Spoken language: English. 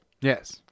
Yes